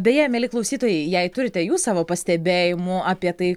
beje mieli klausytojai jei turite jūs savo pastebėjimų apie tai